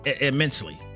immensely